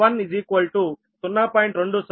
u